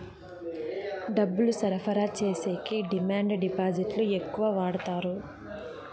డబ్బులు సరఫరా చేసేకి డిమాండ్ డిపాజిట్లు ఎక్కువ వాడుతారు